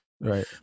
right